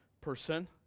person